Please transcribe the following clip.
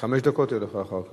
חמש דקות יהיו לך אחר כך.